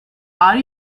are